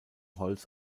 holz